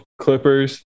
Clippers